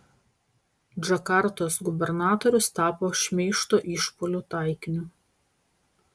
džakartos gubernatorius tapo šmeižto išpuolių taikiniu